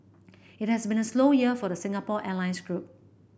it has been a slow year for the Singapore Airlines group